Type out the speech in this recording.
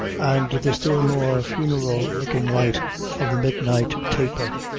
and the still more funeral looking light of the midnight taper.